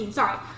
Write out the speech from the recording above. sorry